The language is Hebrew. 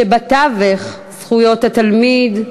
כשבתווך זכויות התלמיד,